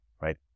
right